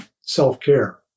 self-care